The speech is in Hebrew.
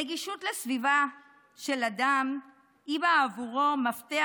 "נגישות לסביבתו של אדם היא בעבורו מפתח